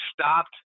stopped